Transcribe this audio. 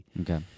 Okay